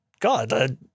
God